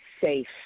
safe